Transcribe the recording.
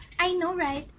i know right.